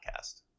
podcast